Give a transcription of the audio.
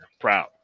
Proud